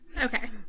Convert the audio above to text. okay